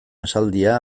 esaldia